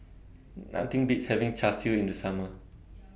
Nothing Beats having Char Siu in The Summer